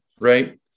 right